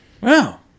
Wow